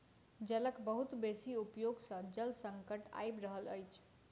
जलक बहुत बेसी उपयोग सॅ जल संकट आइब रहल अछि